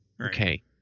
okay